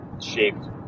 shaped